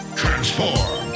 transform